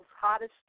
Hottest